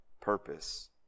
purpose